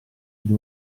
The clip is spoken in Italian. gli